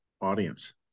audience